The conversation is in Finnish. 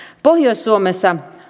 pohjois suomessa